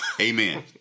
Amen